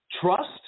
trust